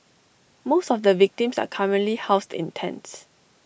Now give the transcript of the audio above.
most of the victims are currently housed in tents